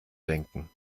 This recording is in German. denken